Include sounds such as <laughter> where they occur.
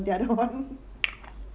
the other one <laughs>